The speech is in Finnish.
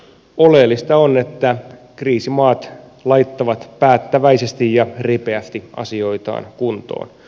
oleellista on että kriisimaat laittavat päättäväisesti ja ripeästi asioitaan kuntoon